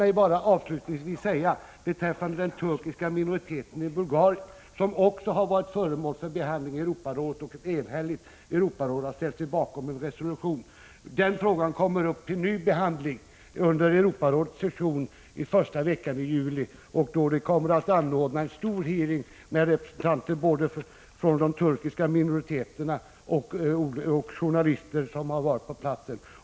Låt mig bara avslutningsvis säga följande beträffande den turkiska minoriteten i Bulgarien, som också den har varit föremål för behandling i Europarådet. Ett enigt Europaråd har ställt sig bakom en resolution i ämnet. Frågan kommer upp till ny behandling under Europarådets session första veckan i juli. Då kommer det att anordnas en stor hearing med representanter för de turkiska minoriteterna samt journalister som har varit på platsen.